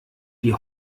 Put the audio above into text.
die